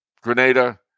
Grenada